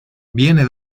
viene